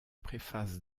préface